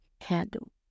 handle